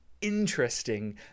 interesting